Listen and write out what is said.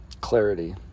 clarity